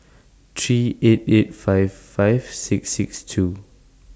three eight eight five five six six two